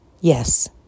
Yes